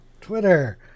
Twitter